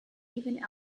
even